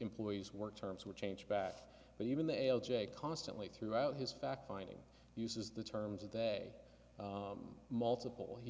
employee's work terms were changed back but even the a l j constantly throughout his fact finding uses the terms of day multiple he